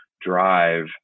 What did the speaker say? drive